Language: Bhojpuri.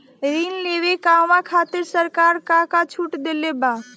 ऋण लेवे कहवा खातिर सरकार का का छूट देले बा?